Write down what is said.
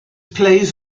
plays